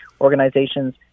organizations